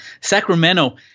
Sacramento